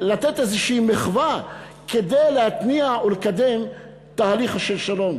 לתת איזושהי מחווה כדי להתניע ולקדם תהליך של שלום,